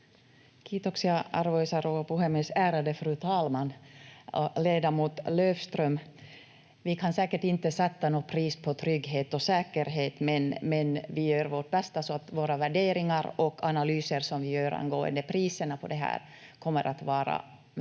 Kiitoksia, arvoisa rouva puhemies, ärade fru talman! Ledamot Löfström, vi kan säkert inte sätta något pris på trygghet och säkerhet, men vi gör vårt bästa så att våra värderingar och analyser som vi gör angående priserna på det här kommer att vara